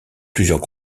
plusieurs